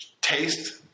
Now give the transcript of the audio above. taste